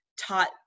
taught